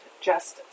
justice